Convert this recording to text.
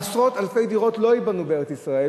עשרות אלפי דירות לא ייבנו בארץ-ישראל